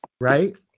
Right